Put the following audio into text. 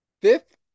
fifth